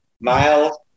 Miles